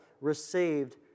received